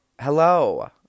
hello